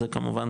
זה כמובן,